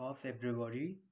छ फेब्रुअरी